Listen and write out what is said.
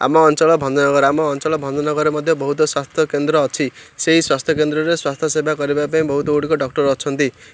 ଆମ ଅଞ୍ଚଳ ଭଞ୍ଜନଗର ଆମ ଅଞ୍ଚଳ ଭଞନଗର ମଧ୍ୟ ବହୁତ ସ୍ୱାସ୍ଥ୍ୟ କେନ୍ଦ୍ର ଅଛି ସେଇ ସ୍ୱାସ୍ଥ୍ୟକେନ୍ଦ୍ରରେ ସ୍ୱାସ୍ଥ୍ୟ ସେବା କରିବା ପାଇଁ ବହୁତ ଗୁଡ଼ିକ ଡକ୍ଟର ଅଛନ୍ତି